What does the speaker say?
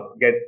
get